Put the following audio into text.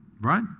Right